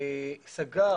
כהיותו שר הבריאות סגר